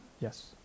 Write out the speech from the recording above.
yes